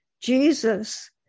Jesus